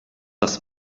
das